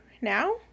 now